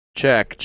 check